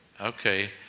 Okay